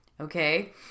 okay